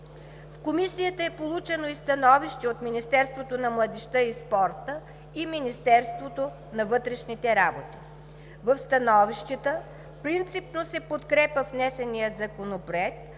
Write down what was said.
В Комисията е получено и становище от Министерството на младежта и спорта и Министерството на вътрешните работи. В становищата принципно се подкрепя внесеният законопроект,